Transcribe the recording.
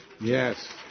Yes